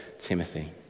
Timothy